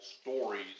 stories